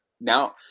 Now